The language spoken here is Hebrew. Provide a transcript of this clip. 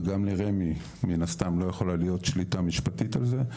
וגם לרמ"י מן הסתם לא יכולה להיות שליטה משפטית על זה,